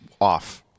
off